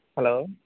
hello